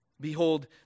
Behold